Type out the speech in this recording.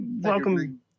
Welcome